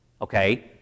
Okay